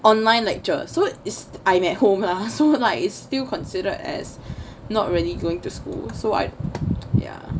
online lecture so is I'm at home lah so like is still considered as not really going to school so I ya